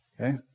Okay